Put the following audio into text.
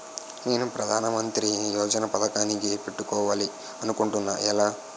నేను ప్రధానమంత్రి యోజన పథకానికి పెట్టుకోవాలి అనుకుంటున్నా ఎలా?